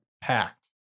packed